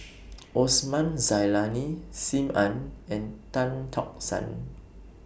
Osman Zailani SIM Ann and Tan Tock San